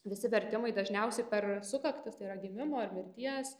visi vertimai dažniausiai per sukaktis tai yra gimimo ar mirties